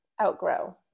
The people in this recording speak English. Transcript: outgrow